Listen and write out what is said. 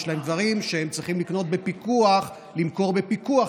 יש להם דברים שהם צריכים לקנות בפיקוח ולמכור בפיקוח,